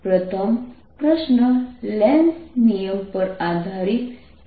તેથી પ્રથમ પ્રશ્ન લેન્ઝ નિયમ Lenz's law પર આધારિત છે